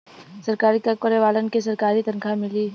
सरकारी काम करे वालन के सरकारी तनखा मिली